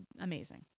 amazing